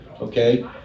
okay